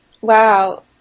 Wow